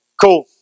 cool